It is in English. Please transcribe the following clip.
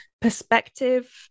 perspective